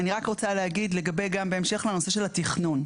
אני רק רוצה להגיד בהמשך לנושא התכנון,